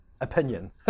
Opinion